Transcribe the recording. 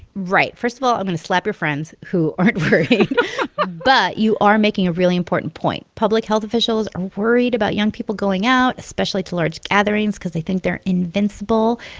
right. first of all, i'm going to slap your friends who aren't worried but you are making a really important point. public health officials are worried about young people going out, especially to large gatherings, because they think they're invincible.